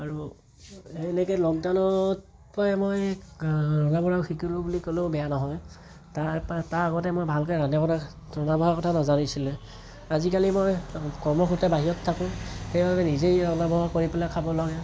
আৰু সেনেকৈ লকডাউনৰ পৰাই মই ৰন্ধা বঢ়া শিকিলো বুলি ক'লেও বেয়া নহয় তাৰপা তাৰ আগতে মই ভালকৈ ৰন্ধা ৰন্ধা বঢ়াৰ কথা নাজানিছিলোৱেই আজিকালি মই কৰ্মসূত্ৰে বাহিৰত থাকোঁ সেইবাবে নিজেই ৰন্ধা বঢ়া কৰি পেলাই খাব লাগে